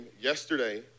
yesterday